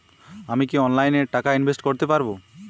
আমি কি অনলাইনে টাকা ইনভেস্ট করতে পারবো?